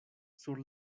sur